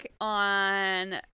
on